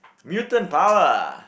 mutant power